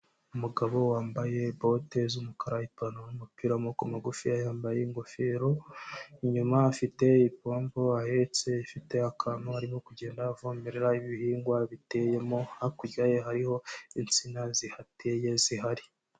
Umugabo wambaye bote z'umukara ipantaro n'umupira w'amaboko magufi yambaye ingofero, inyuma afite ipompo ahetse ifite akantu arimo kugenda avomerera ibihingwa biteyemo, hakurya ye hariho insina zihateye zihari.